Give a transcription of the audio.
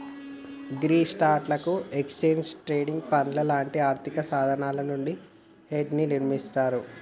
గీ స్టాక్లు, exchange traded పండ్లు లాంటి ఆర్థిక సాధనాలు నుండి హెడ్జ్ ని నిర్మిస్తారు